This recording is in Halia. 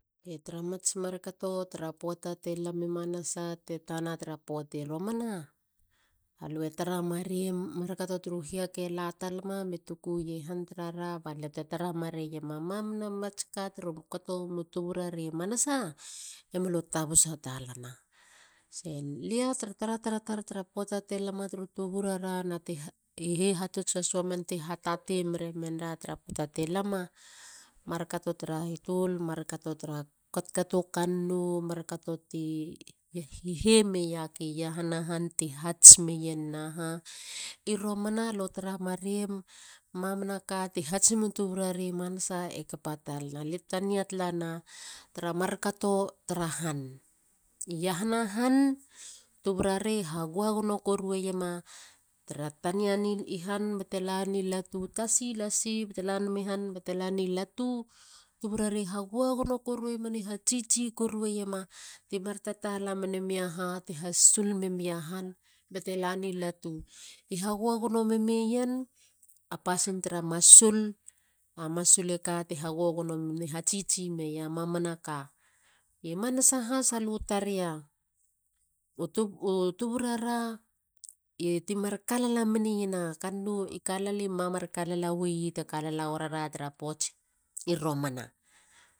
Tra mats markato tra poata te lami manasa te kana tra poata romana. Alue tara mareim a markato turu hiaka e la talama mi tuku ie han tarara balete tara marei ga mamana mats ka teron kato bbumu tuburare manasa e molo tabusa talana. lia tra taratara tar tra poata te lama turu tuburara nati hihatuts has wemen te hatatei we men tarara tra poata te lama. markato tra hitul. mar kato tra katkato kannou. markato ti hihe meia ke iahana han i hats meien a ha. I romana lo tara marem. mamanaka ti hatsimu tuburare manasa e kapa talana. e tania talana tra markato tra han. iahana han. tuburare hagoagono korueiema. tania ni han bate la ni latu,. tasi lasi bate lanami han bate lani latu. Tuburare hagoagono korumeiema ne hatsitsi korueiema temar tatala mena mia han. ti hasul mena mia ha ti hasul menamia han bate lani latu. I hagoagono memeien a pasin tara masul. a masul e ka te hagoagono me hatsitsi memeia mamanaka. i manasa has a lu tareia u tuburara e ti mar kala menien a kannou. i kalala. ma mar kalala weyi te mar kalala weier ara tra ppoati romana.